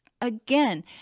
again